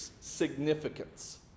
significance